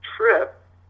trip